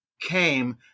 came